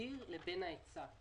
המחיר לבין ההיצע.